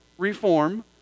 reform